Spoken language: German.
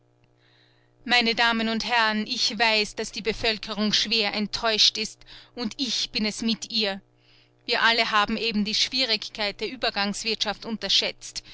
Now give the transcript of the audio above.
meine herren und damen ich weiß daß die bevölkerung schwer enttäuscht ist und ich bin es mit ihr wir alle haben eben die schwierigkeit der uebergangswirtschaft unterschätzt